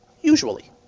usually